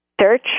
Search